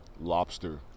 Lobster